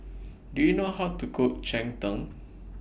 Do YOU know How to Cook Cheng Tng